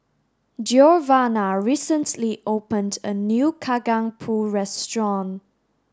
Giovanna recently opened a new Kacang Pool restaurant